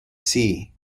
sea